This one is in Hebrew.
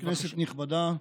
כנסת נכבדה,